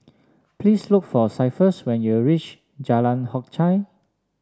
please look for Cephus when you reach Jalan Hock Chye